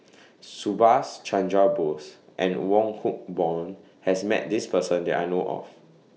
Subhas Chandra Bose and Wong Hock Boon has Met This Person that I know of